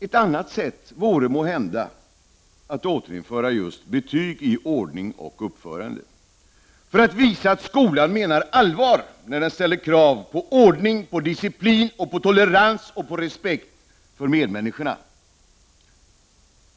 Ett annat sätt vore måhända att återinföra just betyg i ordning och uppförande, för att visa att skolan menar allvar när den ställer krav på ordning och disciplin, på tolerans och på respekt för medmänniskorna.